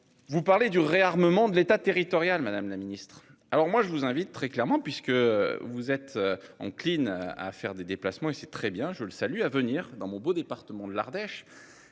Vous parlez du réarmement de l'État, territorial Madame la Ministre alors moi je vous invite très clairement puisque vous êtes encline à faire des déplacements et c'est très bien je le salue à venir dans mon beau département de l'Ardèche.